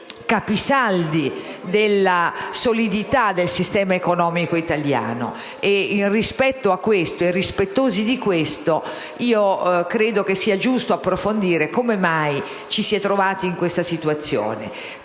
capisaldi della solidità del sistema economico italiano. Rispettosi di questo, credo che sia giusto approfondire come mai ci si è trovati in questa situazione.